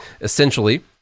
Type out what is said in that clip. Essentially